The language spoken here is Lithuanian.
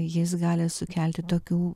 jis gali sukelti tokių